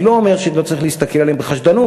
אני לא אומר שלא צריך להסתכל עליהם בחשדנות.